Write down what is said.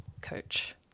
coach